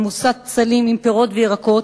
עמוסת סלים עם פירות וירקות,